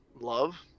love